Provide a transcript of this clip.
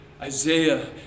Isaiah